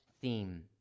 theme